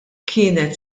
kienet